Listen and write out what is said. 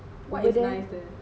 over there